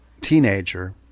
teenager